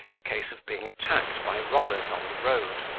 in case of being attacked by robbers on the road.